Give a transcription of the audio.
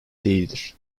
değildir